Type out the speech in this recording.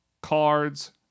cards